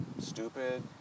stupid